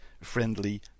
friendly